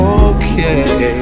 okay